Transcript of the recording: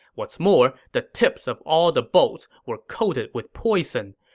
what's more, the tips of all the bolts were coated with poison.